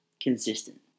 consistent